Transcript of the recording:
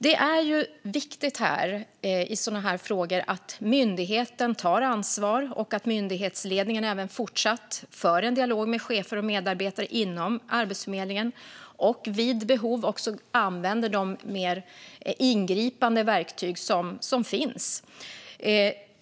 Det är viktigt i sådana här frågor att myndigheten tar ansvar och att myndighetsledningen även fortsatt för en dialog med chefer och medarbetare inom Arbetsförmedlingen samt vid behov använder de mer ingripande verktyg som finns.